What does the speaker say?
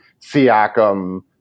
Siakam